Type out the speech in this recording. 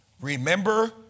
remember